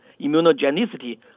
immunogenicity